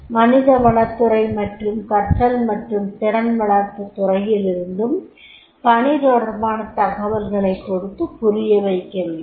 மனித வளத்துறை மற்றும் கற்றல் மற்றும் திறன் வளர்ப்புத் துறையிலிருந்தும் பணி தொடர்பான தகவல்களைக் கொடுத்து புரியவைக்கவேண்டும்